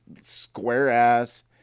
square-ass